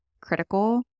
critical